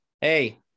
Hey